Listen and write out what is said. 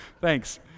thanks